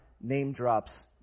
name-drops